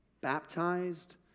baptized